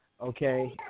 okay